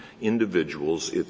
individuals